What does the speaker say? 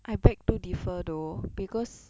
I beg to differ though because